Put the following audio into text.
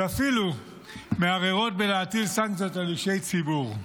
ואפילו מהרהרות בלהטיל סנקציות על אישי ציבור?